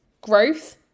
growth